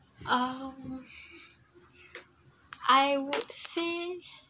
um I would say